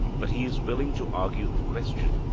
but he is willing to argue the question,